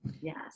yes